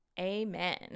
amen